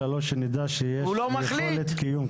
כל עוד שנדע שיש יכולת קיום כלכלית.